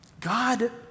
God